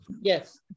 yes